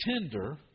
tender